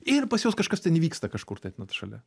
ir pas juos kažkas ten vyksta kažkur tai šalia